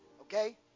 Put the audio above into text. okay